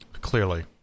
clearly